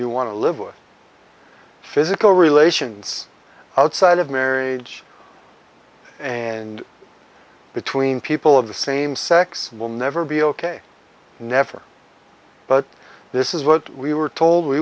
you want to live with physical relations outside of marriage and between people of the same sex will never be ok never but this is what we were told we